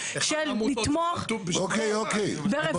של לתמוך ברווחה,